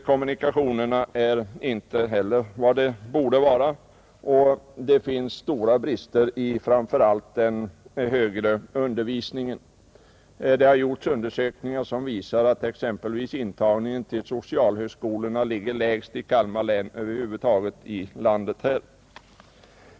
Kommunikationerna är inte heller vad de borde vara, och det finns stora brister i framför allt den högre undervisningen. Det har gjorts undersökningar som visar att exempelvis intagningen till socialhögskolorna är lägst för Kalmar län om man ser till landet över huvud taget.